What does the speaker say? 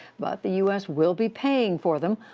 but the u s. will be paying for them,